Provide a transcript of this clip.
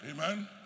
Amen